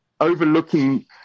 overlooking